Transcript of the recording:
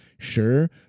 Sure